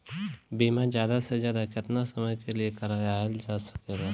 बीमा ज्यादा से ज्यादा केतना समय के लिए करवायल जा सकेला?